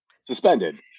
Suspended